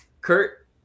Kurt